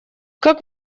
как